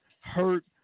hurt